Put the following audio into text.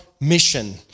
mission